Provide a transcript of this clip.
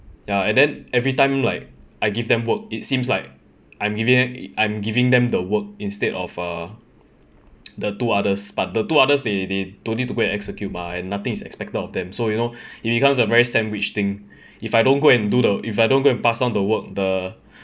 ya and then everytime look like I give them work it seems like I'm giving them I'm giving them the work instead of uh the two others but the two others they they don't need to go and execute mah and nothing is expected of them so you know it becomes a very sandwich thing if I don't go and do the if I don't go and pass on the work the